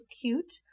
cute